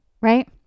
right